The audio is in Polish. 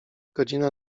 godzina